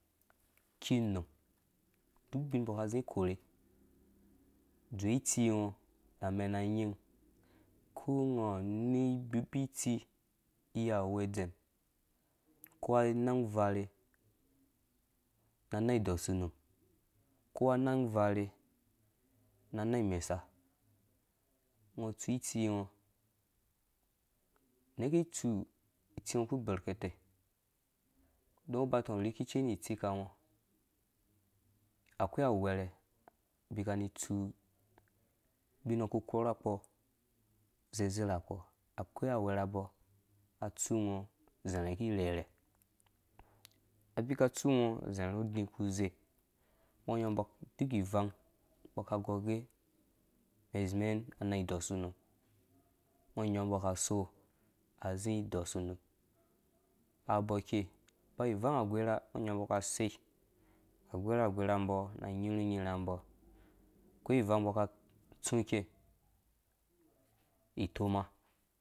Kinum duk ubin mbɔ ka zi kikorhe dzowe itsi ngo na mena nying ko nga awa ni gbubi tsi yi a ghwɛ̃ɛm ko na nan uvarhe na nang iɔsu num ko anang varhe na nang imesa ngɔ tsu tsi ngɔ neke tsu tsi ngɔ ku berkate don ngo ba tɔng rikice ni tsikam ngɔ kwei awerhe bi kani tsu ubin ngɔ ku korha kpɔ zezerhawɔ akwai a werha abɔɔ atsu ngɔ zarhã ki rheirhe abika tsu ngɔ zarhu udi ku ze ngɔ nyangɔ mbɔ ka duk ivang mbɔ ka gɔrgɛ mɛn zĩ mɛn anang idɔsu num ngɔ nyaɔ mbɔ ke so azĩ dɔsu unum abɔɔ kei bawu ivang a gora ngɔ nya mbɔ ka sei agora agora mbɔ na nyirhũ nyirhã mbɔ akwai ivang mbɔ ka tsu tvei itoma.